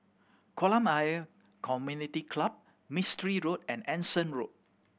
Kolam Ayer Community Club Mistri Road and Anson Road